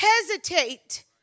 hesitate